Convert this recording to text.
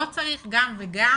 לא צריך גם וגם.